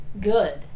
good